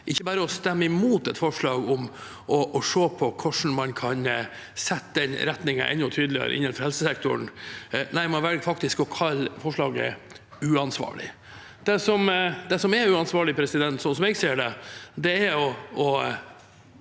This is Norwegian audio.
ikke bare å stemme imot et forslag om å se på hvordan man kan sette den retningen enda tydeligere innenfor helsesektoren. Man velger faktisk også å kalle forslaget uansvarlig. Det som er uansvarlig, som jeg ser det, er å